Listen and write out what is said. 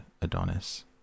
Adonis